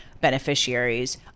beneficiaries